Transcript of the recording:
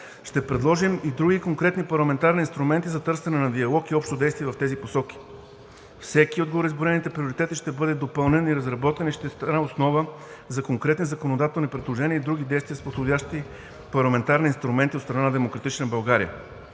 Ще предложим и други конкретни парламентарни инструменти за търсене на диалог и общо действие в тези посоки. Всеки от гореизброените приоритети ще бъде допълнен, разработен и ще стане основа за конкретни законодателни предложения и други действия с подходящи парламентарни инструменти от страна на „Демократична България“.